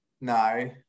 No